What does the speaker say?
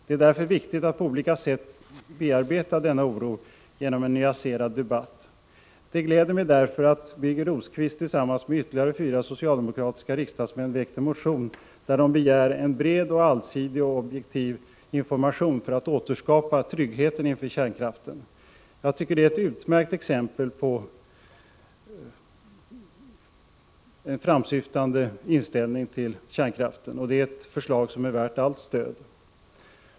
Det är därför viktigt att på olika sätt bearbeta denna oro genom en nyanserad debatt. Det gläder mig att Birger Rosqvist tillsammans med fyra andra socialdemokratiska riksdagsmän väckt en motion där det begärs en bred, allsidig och objektiv information för att återskapa tryggheten när det gäller kärnkraften. Jag tycker det är ett utmärkt exempel på en framåtsyftande inställning till kärnkraften, och det förslaget är värt allt stöd.